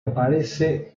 aparece